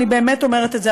אני באמת אומרת את זה,